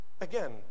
again